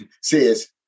says